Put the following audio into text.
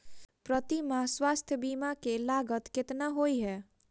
प्रति माह स्वास्थ्य बीमा केँ लागत केतना होइ है?